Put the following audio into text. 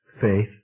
faith